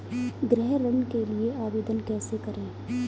गृह ऋण के लिए आवेदन कैसे करें?